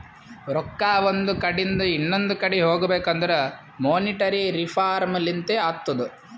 ರೊಕ್ಕಾ ಒಂದ್ ಕಡಿಂದ್ ಇನೊಂದು ಕಡಿ ಹೋಗ್ಬೇಕಂದುರ್ ಮೋನಿಟರಿ ರಿಫಾರ್ಮ್ ಲಿಂತೆ ಅತ್ತುದ್